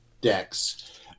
decks